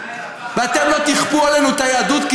ואתם לא תכפו עלינו את היהדות,